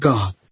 God